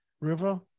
river